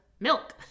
Milk